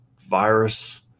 virus